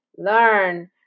learn